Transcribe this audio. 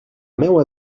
meua